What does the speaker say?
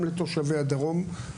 גם לתושבי הדרום.